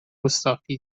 گستاخی